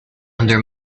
under